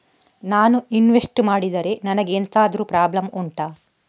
ನಾನು ಇನ್ವೆಸ್ಟ್ ಮಾಡಿದ್ರೆ ನನಗೆ ಎಂತಾದ್ರು ಪ್ರಾಬ್ಲಮ್ ಉಂಟಾ